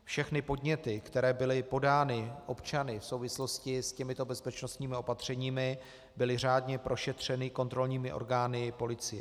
Všechny podněty, které byly podány občany v souvislosti s těmito bezpečnostními opatřeními, byly řádně prošetřeny kontrolními orgány policie.